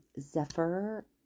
Zephyr